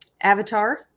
avatar